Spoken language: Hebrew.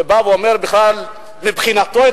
שבא ואומר: מבחינתו,